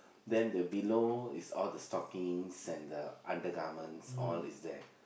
then the below is all the stockings and the undergarments all is there